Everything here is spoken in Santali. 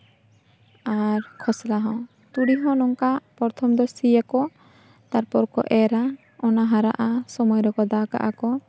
ᱟᱨ ᱠᱷᱚᱥᱞᱟ ᱦᱚᱸ ᱛᱩᱲᱤ ᱦᱚᱸ ᱱᱚᱝᱠᱟ ᱯᱚᱨᱛᱷᱚᱢ ᱫᱚ ᱥᱤᱭᱟᱠᱚ ᱛᱟᱨᱯᱚᱨ ᱠᱚ ᱮᱨᱟ ᱚᱱᱟ ᱦᱟᱨᱟᱜᱼᱟ ᱥᱚᱢᱚᱭ ᱨᱮᱠᱚ ᱫᱟᱠᱟᱜᱼᱟ ᱠᱚ